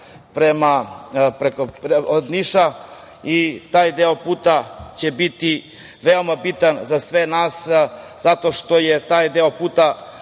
koji ide od Niša i taj deo puta će biti veoma bitan za se nas zato što je taj deo puta